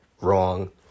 Wrong